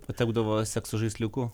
tapdavo sekso žaisliuku